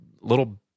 little